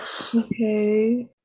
okay